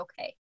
okay